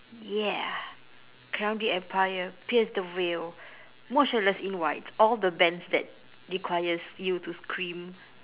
yeah crown the empire pierce the veil motionless in white all the bands that requires you to scream